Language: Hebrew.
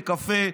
בתי קפה,